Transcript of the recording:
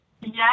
Yes